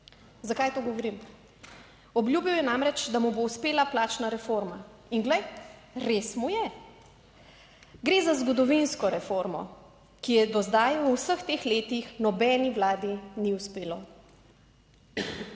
Zakaj to govorim? Obljubil je namreč, da mu bo uspela plačna reforma, in glej, res mu je. Gre za zgodovinsko reformo, ki je do zdaj v vseh teh letih nobeni vladi ni uspelo.